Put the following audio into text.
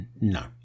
No